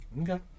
Okay